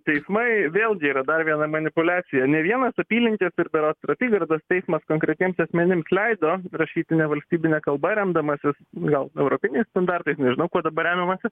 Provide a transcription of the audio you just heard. teismai vėlgi yra dar viena manipuliacija ne vienos apylinkės ir berods apygardos teismas konkretiems asmenims leido rašyti nevalstybine kalba remdamasis gal europiniais standartais nežinau kuo dabar remiamasi